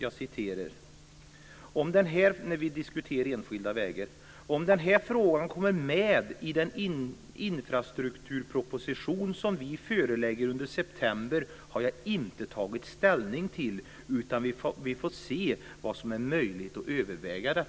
Då sade näringsministern så här: "Om den här frågan kommer med i den infrastrukturproposition som vi förelägger under september har jag inte tagit ställning till, utan vi får se vad som är möjligt och överväga det."